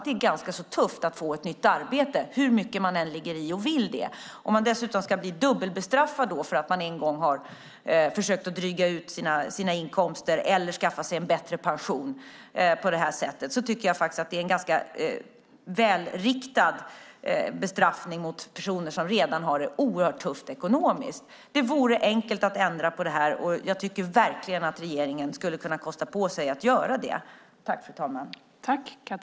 Det är ganska tufft att få ett nytt arbete hur mycket man än ligger i och vill det. Om man dessutom ska bli dubbelbestraffad för att man har försökt dryga ut sina inkomster eller skaffa sig en bättre pension är det extra hårt för personer som redan har det tufft ekonomiskt. Det vore enkelt att ändra på detta, och jag tycker verkligen att regeringen skulle kunna kosta på sig att göra det.